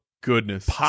goodness